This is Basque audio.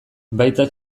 baita